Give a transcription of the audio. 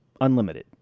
unlimited